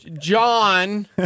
John